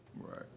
Right